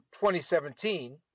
2017